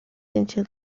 into